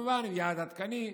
כמובן עם יעד עדכני,